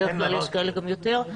בדרך כלל יש כאלה גם יותר.